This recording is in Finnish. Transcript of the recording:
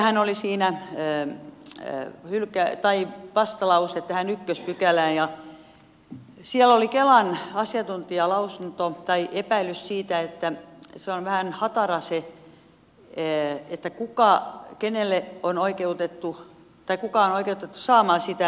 meillähän oli siinä vastalause tähän ykköspykälään ja siellä oli kelan asiantuntijalausunto tai epäilys siitä että se on vähän hataraa kuka on oikeutettu saamaan sitä